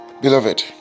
Beloved